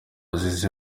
azize